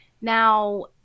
Now